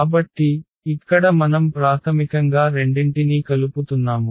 కాబట్టి ఇక్కడ మనం ప్రాథమికంగా రెండింటినీ కలుపుతున్నాము